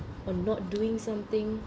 or not doing something